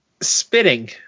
spitting